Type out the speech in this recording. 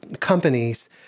companies